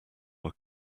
were